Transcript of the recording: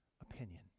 opinion